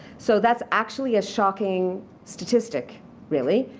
so that's actually a shocking statistic really.